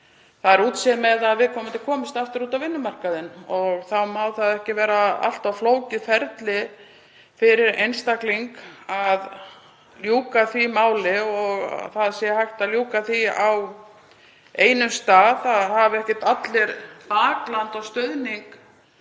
það er útséð með að viðkomandi komist aftur út á vinnumarkaðinn og þá má það ekki vera allt of flókið ferli fyrir einstakling að ljúka því máli og það þarf að vera hægt að ljúka því á einum stað. Það hafa ekki allir bakland og stuðning